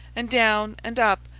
and down and up,